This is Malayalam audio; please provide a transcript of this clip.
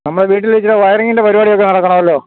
നമ്മുടെ വീട്ടില് ഇത്തിരി വയറിങ്ങിന്റെ പരിപാടിയൊക്കെ നടത്തണമല്ലോ